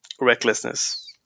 Recklessness